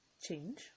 change